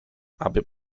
aby